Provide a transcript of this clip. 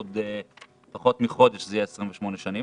עוד פחות מחודש זה יהיה 28 שנים.